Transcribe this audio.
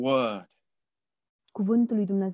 Word